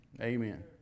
Amen